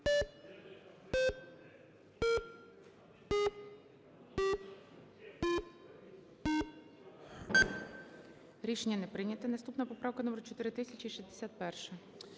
Рішення не прийнято. Наступна поправка - номер 4061-а.